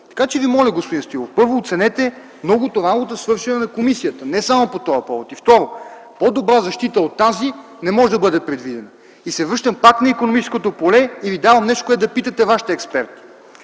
Така че Ви моля, господин Стоилов, първо оценете многото работа, свършена от комисията не само по този повод. И второ, по-добра защита от тази не може да бъде предвидена. И се връщам пак на икономическото поле и Ви казвам нещо, което да попитате вашите експерти.